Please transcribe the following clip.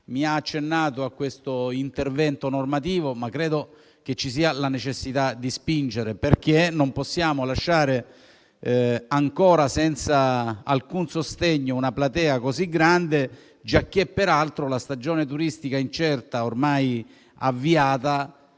che ha accennato a quest'intervento normativo, ma ravviso la necessità di spingere, perché non possiamo lasciare ancora senza alcun sostegno una platea tanto vasta, giacché peraltro la stagione turistica incerta, ormai avviata,